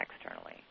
externally